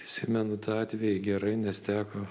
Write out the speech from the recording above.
prisimenu tą atvejį gerai nes teko